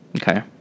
Okay